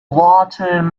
lawton